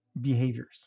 behaviors